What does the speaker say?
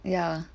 ya